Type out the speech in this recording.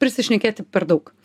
prisišnekėti per daug